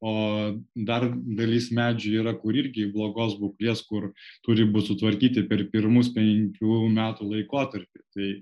o dar dalis medžių yra kur irgi blogos būklės kur turi būt sutvarkyti per pirmus penkių metų laikotarpį tai